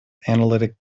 analytic